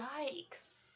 Yikes